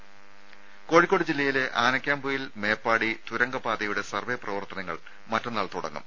രുമ കോഴിക്കോട് ജില്ലയിലെ ആനക്കാംപൊയിൽ മേപ്പാടി തുരങ്ക പാതയുടെ സർവ്വെ പ്രവർത്തനങ്ങൾ മറ്റന്നാൾ തുടങ്ങും